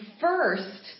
first